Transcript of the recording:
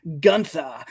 Gunther